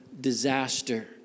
disaster